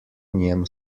njem